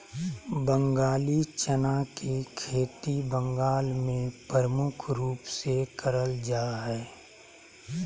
बंगाली चना के खेती बंगाल मे प्रमुख रूप से करल जा हय